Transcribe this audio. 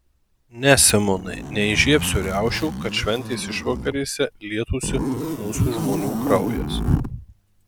ne simonai neįžiebsiu riaušių kad šventės išvakarėse lietųsi mūsų žmonių kraujas